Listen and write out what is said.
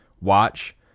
watch